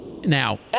Now